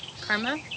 Karma